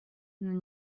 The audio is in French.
nous